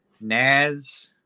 Naz